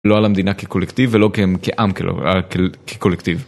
לא על המדינה כקולקטיב ולא כעם, כקולקטיב.